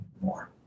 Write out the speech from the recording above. more